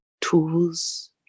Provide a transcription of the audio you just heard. tools